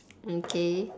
okay